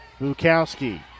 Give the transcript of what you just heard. Bukowski